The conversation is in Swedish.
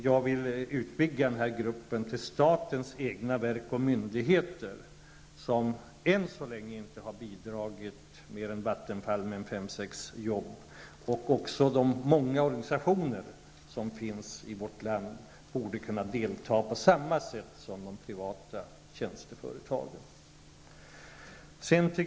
Jag vill utvidga gruppen till att omfatta också statens egna verk och myndigheter, som än så länge inte har bidragit -- mer än Vattenfall, med fem eller sex jobb. Även de många organisationer som finns i vårt land borde kunna delta på samma sätt som privata tjänsteföretag.